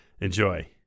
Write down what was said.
Enjoy